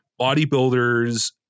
bodybuilders